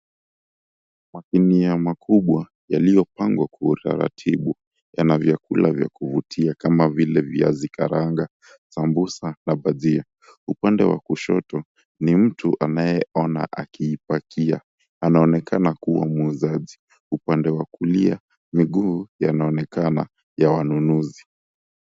Masinia makubwa yaliyopangwa kwa utaratibu, yana vyakula vya kuvutia kama vile viazi karanga, sambusa na bajia. Upande wa kushoto ni mtu anayeona akiipakia. Anaonekana kuwa muuzaji. Upande wa kulia, miguu yanaonekana ya wanunuzi.